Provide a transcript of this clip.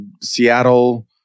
Seattle